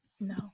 No